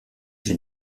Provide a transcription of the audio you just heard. j’ai